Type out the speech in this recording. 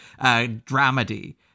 dramedy